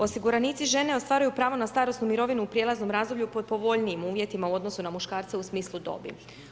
Osiguranici žene ostvaruju pravo na starosnu mirovinu u prijelaznom razdoblju po povoljnijim uvjetima u odnosu na muškarce u smislu dobi.